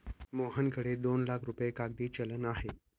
मोहनकडे दोन लाख रुपये कागदी चलन आहे